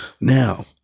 Now